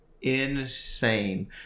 insane